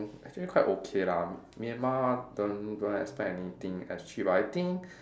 actually quite okay lah Myanmar don't don't expect anything as cheap but I think